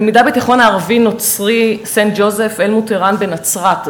תלמידה בתיכון הערבי-נוצרי סנט ג'וזף אלמוטראן בנצרת,